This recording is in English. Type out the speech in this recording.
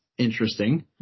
interesting